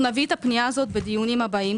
נביא את הפנייה הזאת בדיונים הבאים,